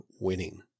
winning